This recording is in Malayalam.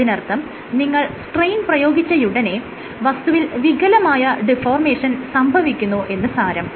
അതിനർത്ഥം നിങ്ങൾ സ്ട്രെയിൻ പ്രയോഗിച്ചയുടനെ വസ്തുവിൽ വികലമായ ഡിഫോർമേഷൻ സംഭവിക്കുന്നു എന്ന് സാരം